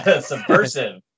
subversive